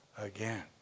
again